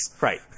Right